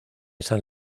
san